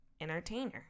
entertainer